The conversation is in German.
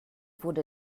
wurde